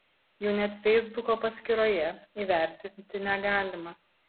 jų net feisbuko paskyroje įvertinti negalima